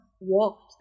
walked